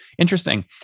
Interesting